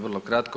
Vrlo kratko.